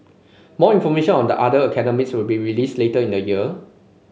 more information on the other academies will be released later in the year